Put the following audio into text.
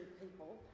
people